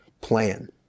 plan